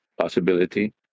possibility